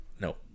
No